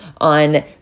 on